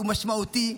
הוא משמעותי.